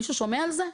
מישהו שומע על זה?